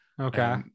okay